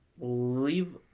Leave